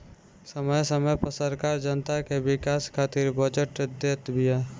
समय समय पअ सरकार जनता के विकास खातिर बजट देत बिया